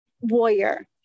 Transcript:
warrior